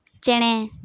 ᱪᱮᱬᱮ